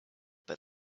but